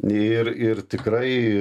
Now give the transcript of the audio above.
ir ir tikrai